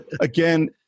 Again